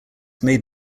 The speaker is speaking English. made